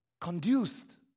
conduced